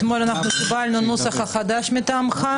אתמול קיבלנו מטעמך את הנוסח החדש ואם